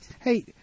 Hey